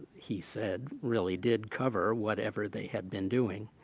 he said really did cover whatever they had been doing.